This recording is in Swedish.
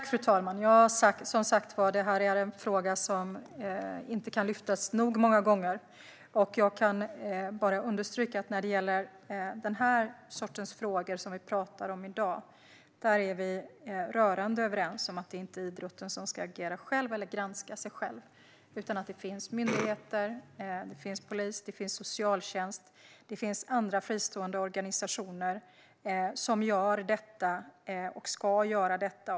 Fru talman! Detta är som sagt var en fråga som inte kan lyftas upp nog många gånger. Jag kan understryka att när det gäller sådana frågor som vi talar om i dag är vi rörande överens om att idrotten inte ska agera själv eller granska sig själv. Det finns myndigheter, polis och socialtjänst liksom andra fristående organisationer som gör och som ska göra detta.